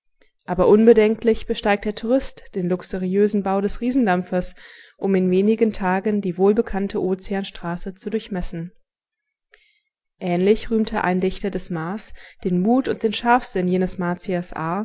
aber unbedenklich besteigt der tourist den luxuriösen bau des riesendampfers um in wenigen tagen die wohlbekannte ozeanstraße zu durchmessen ähnlich rühmte ein dichter des mars den mut und den scharfsinn jenes martiers